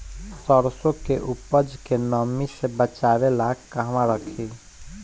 सरसों के उपज के नमी से बचावे ला कहवा रखी?